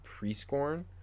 Prescorn